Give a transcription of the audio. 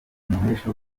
umuhesha